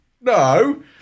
No